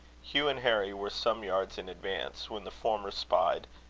hugh and harry were some yards in advance when the former spied,